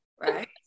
right